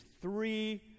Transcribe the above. three